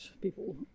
people